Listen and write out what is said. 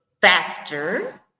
faster